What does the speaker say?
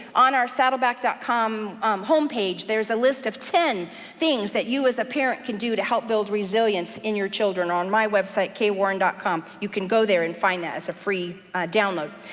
on our saddleback dot com home page there's a list of ten things that you as a parent can do to help build resilience in your children, or on my website kaywarren com. you can go there and find that as a free download,